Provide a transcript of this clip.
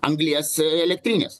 anglies elektrines